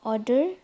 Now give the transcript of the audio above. order